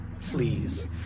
Please